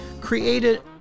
created